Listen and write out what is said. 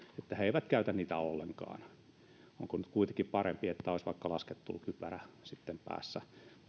että he eivät käytä niitä ollenkaan onko nyt kuitenkin parempi että olisi vaikka laskettelukypärä sitten päässä